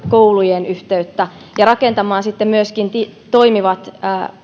koulujen yhteyttä ja rakentamaan myöskin toimivat